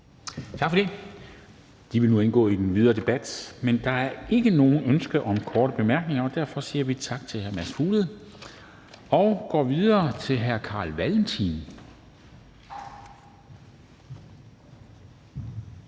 Tak for det. Det vil nu indgå i den videre debat. Men der er ikke noget ønske om korte bemærkninger, og derfor siger vi tak til hr. Mads Fuglede og går videre til hr. Carl Valentin,